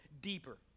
deeper